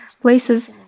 places